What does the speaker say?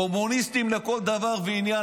קומוניסטים לכל דבר ועניין.